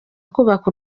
kubaka